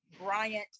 Bryant